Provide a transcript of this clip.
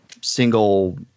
single